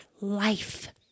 life